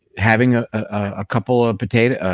having a couple of potatoes, ah